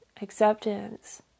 acceptance